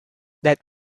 that